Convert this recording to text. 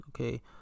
okay